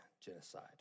genocide